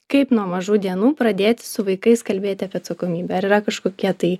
kaip nuo mažų dienų pradėti su vaikais kalbėti apie atsakomybę ar yra kažkokie tai